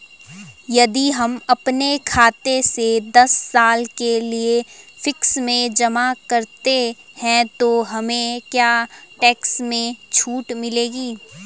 यदि हम अपने खाते से दस साल के लिए फिक्स में जमा करते हैं तो हमें क्या टैक्स में छूट मिलेगी?